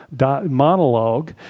monologue